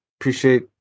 appreciate